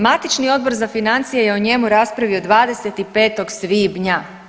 Matični Odbor za financije je o njemu raspravio 25. svibnja.